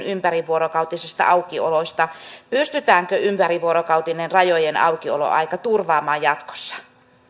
ympärivuorokautisista aukioloista pystytäänkö ympärivuorokautinen rajojen aukioloaika turvaamaan jatkossa